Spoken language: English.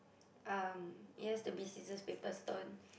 um it has to be scissors paper stone